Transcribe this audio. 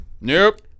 nope